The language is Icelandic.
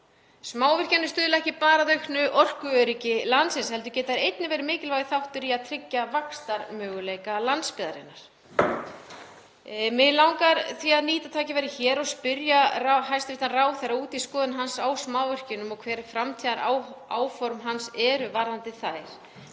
Smávirkjanir stuðla ekki bara að auknu orkuöryggi landsins heldur geta þær einnig verið mikilvægur þáttur í að tryggja vaxtarmöguleika landsbyggðarinnar. Mig langar því að nýta tækifærið hér og spyrja hæstv. ráðherra út í skoðun hans á smávirkjunum og hver framtíðaráform hans eru varðandi þær.